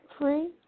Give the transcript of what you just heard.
free